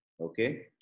Okay